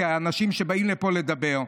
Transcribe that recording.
כי האנשים שבאים לפה באים לדבר.